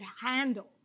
handle